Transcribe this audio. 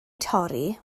torri